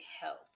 help